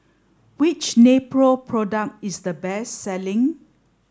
which Nepro product is the best selling